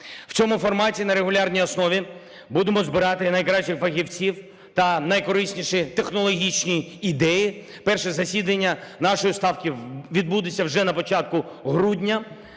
В цьому форматі на регулярній основі будемо збирати найкращих фахівців та найкорисніші технологічні ідеї. Перше засідання нашої Ставки відбудеться вже на початку грудня.